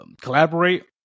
collaborate